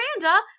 miranda